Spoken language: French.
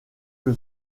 que